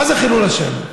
מה זה חילול השם?